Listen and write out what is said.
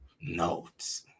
notes